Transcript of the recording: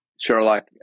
Sherlock